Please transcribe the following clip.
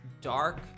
dark